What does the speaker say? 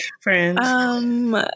friends